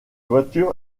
voiture